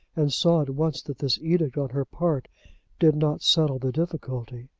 and saw at once that this edict on her part did not settle the difficulty.